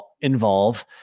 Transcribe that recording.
involve